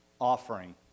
offering